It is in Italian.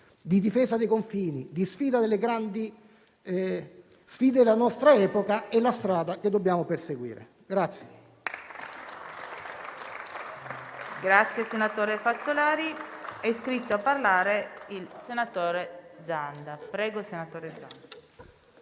di difesa dei confini, e affronta le grandi sfide della nostra epoca, è la strada che dobbiamo perseguire.